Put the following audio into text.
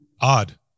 odd